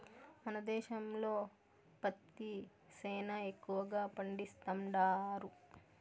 మన దేశంలో పత్తి సేనా ఎక్కువగా పండిస్తండారు